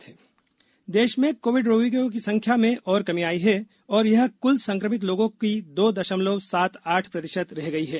Covid देश देश में कोविड रोगियों की संख्या में और कमी आई है और यह कुल संक्रमित लोगों की दो दशमलव सात आठ प्रतिशत रह गई है